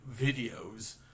videos